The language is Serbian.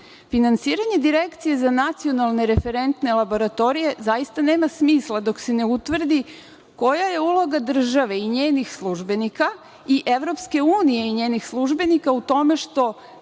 Finansiranje Direkcije za nacionalne referentne laboratorije zaista nema smisla dok se ne utvrdi koja je uloga države i njenih službenika i EU i njenih službenika u tome što